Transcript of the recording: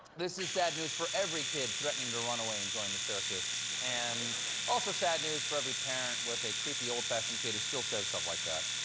this is sad news for every kid threatening to run away and join the circus. and also sad news for every parent with a creepy old-fashioned kid who still says stuff like that.